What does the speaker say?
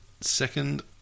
second